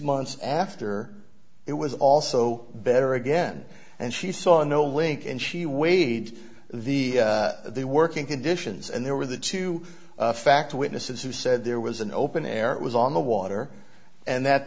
months after it was also better again and she saw no link and she weighed the the working conditions and there were the two fact witnesses who said there was an open air it was on the water and that